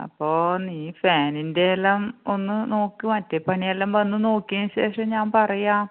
അപ്പോൾ നീ ഫാനിൻ്റെയെല്ലാം ഒന്ന് നോക്ക് മറ്റേ പണിയെല്ലാം വന്ന് നോക്കിയതിന് ശേഷം ഞാൻ പറയാം